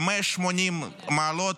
ב-180 מעלות,